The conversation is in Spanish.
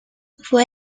fue